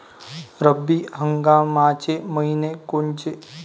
रब्बी हंगामाचे मइने कोनचे?